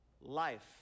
life